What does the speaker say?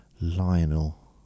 Lionel